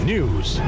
News